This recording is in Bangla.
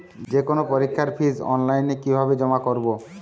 যে কোনো পরীক্ষার ফিস অনলাইনে কিভাবে জমা করব?